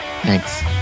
Thanks